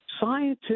scientists